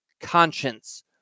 conscience